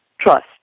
trust